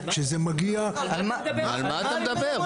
כשזה מגיע --- על מה אתה מדבר?